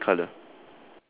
ya it's the same colour